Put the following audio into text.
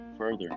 Further